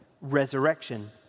resurrection